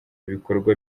ibikorwa